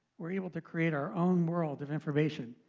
we're able to create our own world of information.